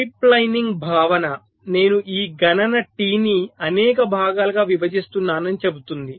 pipelining భావన నేను ఈ గణన టిని అనేక భాగాలుగా విభజిస్తున్నానని చెప్తుంది